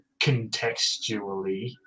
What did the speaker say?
contextually